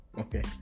okay